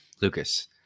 Lucas